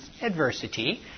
adversity